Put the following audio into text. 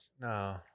No